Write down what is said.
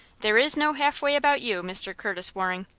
there is no halfway about you, mr. curtis waring.